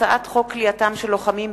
בבקשה.